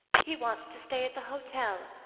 he wants to stay at the hotel.